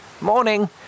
morning